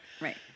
right